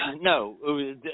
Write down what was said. No